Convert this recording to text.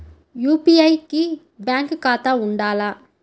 UPI కి bank ఖాతా ఉండాల?